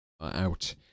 out